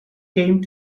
came